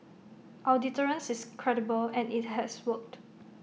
our deterrence is credible and IT has worked